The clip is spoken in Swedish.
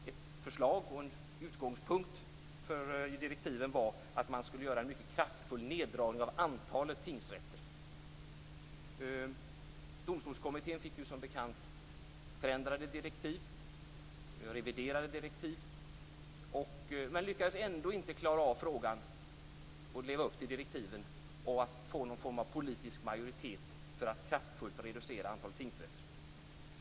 Ett förslag i, och en utgångspunkt för, direktiven var att man skulle göra en mycket kraftfull neddragning av antalet tingsrätter. Domstolskommittén fick som bekant förändrade direktiv, reviderade direktiv. Men den lyckades ändå inte klara av frågan och leva upp till direktiven att få någon form av politisk majoritet för att kraftfullt reducera antalet tingsrätter.